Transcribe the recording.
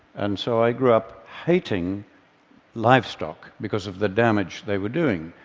and so i grew up hating livestock because of the damage they were doing.